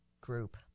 group